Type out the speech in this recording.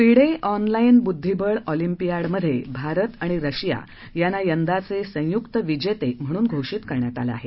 FIDE online बुद्धीबळ ऑलिम्पियाडमध्ये भारत आणि रशिया यांना यंदाचे संयुक्त विजेते म्हणून घोषित करण्यात आलं आहे